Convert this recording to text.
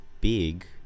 big